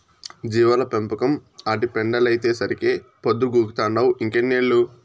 జీవాల పెంపకం, ఆటి పెండలైతేసరికే పొద్దుగూకతంటావ్ ఇంకెన్నేళ్ళు